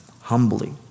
humbly